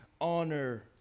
honor